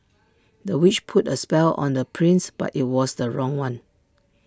the witch put A spell on the prince but IT was the wrong one